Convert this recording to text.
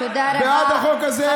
בעד החוק הזה למען בתי התפילה.